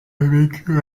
vécu